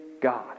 God